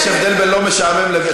יש הבדל בין לא משעמם לבין,